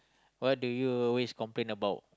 what do you always complain about